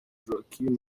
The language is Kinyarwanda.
joachim